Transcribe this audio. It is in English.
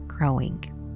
growing